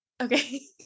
okay